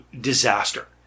disaster